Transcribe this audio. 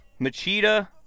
Machida